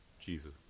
Jesus